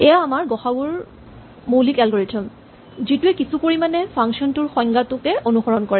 এয়া আমাৰ গ সা উ ৰ মৌলিক এলগৰিথম যিটোৱে কিছু পৰিমাণে ফাংচন টোৰ সংজ্ঞাটো অনুসৰণ কৰে